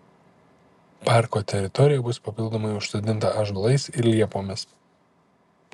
parko teritorija bus papildomai užsodinta ąžuolais ir liepomis